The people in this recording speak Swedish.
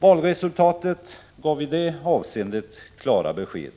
Valresultatet gav i det avseendet klara besked.